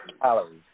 calories